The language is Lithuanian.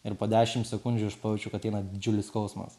ir po dešim sekundžių aš pajaučiau ateina didžiulis skausmas